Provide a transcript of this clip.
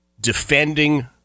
defending